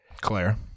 Claire